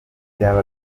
byaba